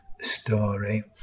Story